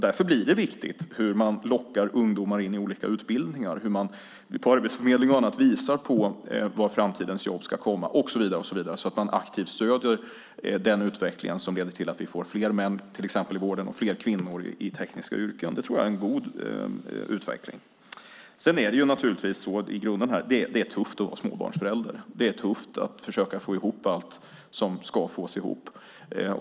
Därför blir det viktigt hur man lockar ungdomar in i olika utbildningar och hur man på Arbetsförmedlingen och annat visar på var framtidens jobb ska komma och så vidare så att man aktivt stöder den utveckling som leder till att vi får fler män till exempel i vården och fler kvinnor i tekniska yrken. Det tror jag är en god utveckling. Sedan är det naturligtvis så i grunden att det är tufft att vara småbarnsförälder. Det är tufft att försöka få ihop allt som ska fås ihop.